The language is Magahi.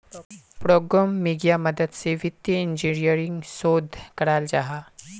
प्रोग्रम्मिन्गेर मदद से वित्तिय इंजीनियरिंग शोध कराल जाहा